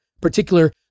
particular